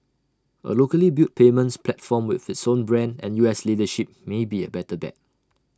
A locally built payments platform with its own brand and U S leadership may be A better bet